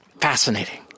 Fascinating